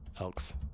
Elks